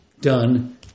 Done